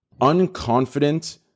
unconfident-